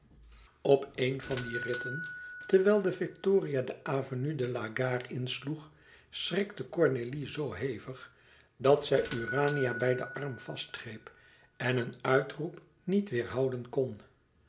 op een van die ritten terwijl de victoria de avenue de la gare insloeg schrikte cornélie zoo hevig dat zij urania bij den arm vastgreep en een uitroep niet weêrhouden kon